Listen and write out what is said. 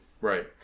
Right